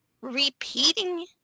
repeating